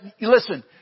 listen